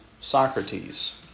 Socrates